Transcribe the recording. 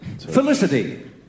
Felicity